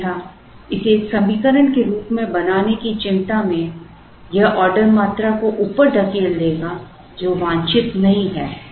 अन्यथा इसे एक समीकरण के रूप में बनाने की चिंता में Refer Slide Time 0917 यह ऑर्डर मात्रा को ऊपर धकेल देगा जो वांछित नहीं है